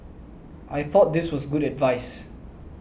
I thought this was good advice